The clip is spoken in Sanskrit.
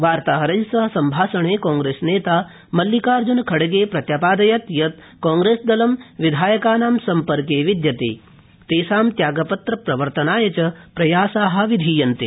वार्ताहरै सह सम्भषणे कांग्रेसनेता मल्लिकार्ज्नखड़गे प्रत्यपादयत् यत् कांग्रेसदलं विधायकानां सम्पर्के विद्यते तेषां त्यागपत्र प्रत्यावर्तनाय च प्रयासा विधीयन्ते